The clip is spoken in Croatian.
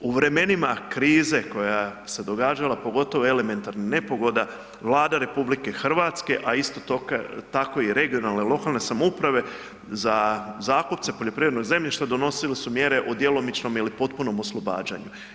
U vremenima krize koja se događala pogotovo elementarnih nepogoda Vlada RH, a isto tako i regionalne lokalne samouprave za zakupce poljoprivrednoga zemljišta donosile su mjere o djelomičnom ili potpunom oslobađanju.